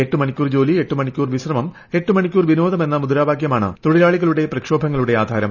എട്ട് മണിക്കൂർ ജോലി എട്ട് മണിക്കൂർ വിശ്രമം എട്ട് മണിക്കൂർ വിനോദം എന്ന മുദ്രാവാകൃമാണ് തൊഴിലാളികളുടെ പ്രക്ഷോഭങ്ങളുടെ ആധാരം